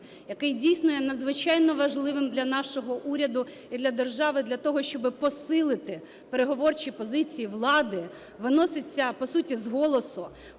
який, дійсно, є надзвичайно важливим для нашого уряду і для держави для того, щоби посилити переговорчі позиції влади, виноситься, по суті, з голосу,